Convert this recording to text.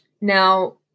Now